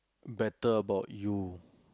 better about you